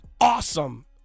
awesome